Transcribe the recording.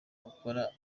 gukora